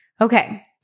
Okay